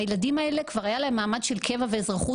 הילדים האלה כבר היה להם מעמד של ידע ואזרחות